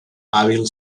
hàbil